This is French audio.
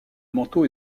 manteau